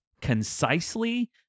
concisely